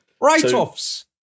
write-offs